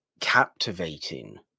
captivating